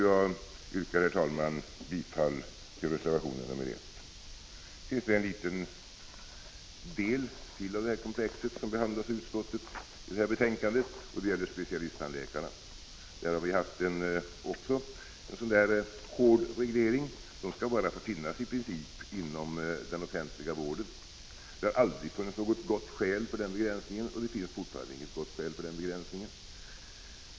Jag yrkar, herr talman, bifall till reservation 1. Det finns en liten del till i detta komplex som behandlas i detta betänkande. Det gäller specialisttandläkarna. Också där har vi haft en hård reglering. Dessa tandläkare skall i princip få finnas endast inom den offentliga tandvården. Det har aldrig funnits något gott skäl för den begränsningen, och det finns fortfarande inget gott skäl för den.